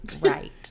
right